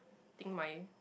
thing my